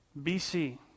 BC